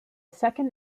second